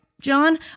John